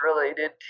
related